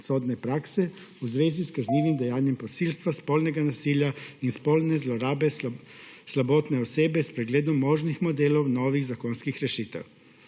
pravosodne prakse v zvezi s kaznivim dejanjem posilstva, spolnega nasilja in spolne zlorabe slabotne osebe s pregledom možnih modelov novih zakonskih rešitev.